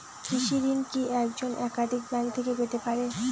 কৃষিঋণ কি একজন একাধিক ব্যাঙ্ক থেকে পেতে পারে?